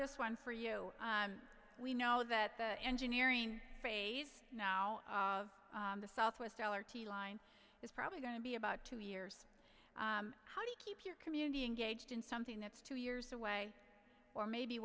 this one for you and we know that the engineering phase now on the southwest allergy line is probably going to be about two years how do you keep your community engaged in something that's two years away or maybe